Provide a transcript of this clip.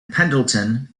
pendleton